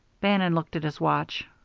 bannon looked at his watch.